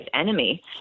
enemy